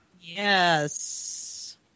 Yes